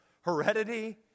heredity